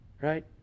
Right